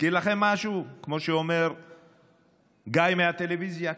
מזכיר לכם משהו, כמו שאומר גיא מהטלוויזיה?